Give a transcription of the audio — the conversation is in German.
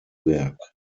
werk